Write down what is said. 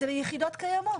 זה מיחידות קיימות.